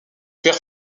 père